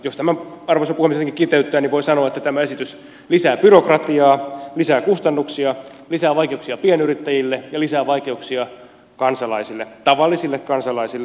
jos tämän arvoisa puhemies jotenkin kiteyttää niin voi sanoa että tämä esitys lisää byrokratiaa lisää kustannuksia lisää vaikeuksia pienyrittäjille ja lisää vaikeuksia kansalaisille tavallisille kansalaisille